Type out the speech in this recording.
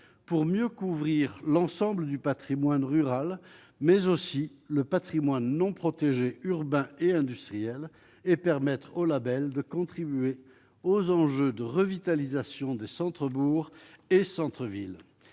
pour mieux couvrir l'ensemble du Patrimoine rural, mais aussi le Patrimoine non protégé urbains et industriels et permettre aux labels de contribuer aux enjeux de revitalisation des centres bourgs et centre-ville